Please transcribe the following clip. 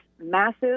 massive